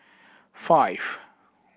five